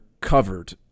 covered –